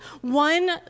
one